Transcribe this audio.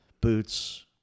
boots